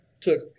took